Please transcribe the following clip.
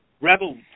Rebel